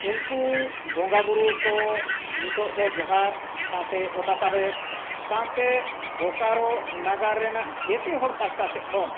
ᱩᱱᱠᱩ ᱵᱚᱸᱜᱟ ᱵᱩᱨᱩ ᱠᱚ ᱱᱤᱛᱳᱜ ᱫᱚ ᱡᱚᱦᱟᱨ ᱥᱟᱶᱛᱮ ᱚᱛᱟ ᱛᱟᱵᱮᱨ ᱥᱟᱶᱛᱮ ᱵᱳᱠᱟᱨᱳ ᱱᱟᱜᱟᱨ ᱨᱮᱱᱟᱜ ᱡᱷᱚᱛᱚ ᱦᱚᱲ ᱯᱟᱥᱴᱟ ᱥᱮᱡ ᱠᱷᱚᱱ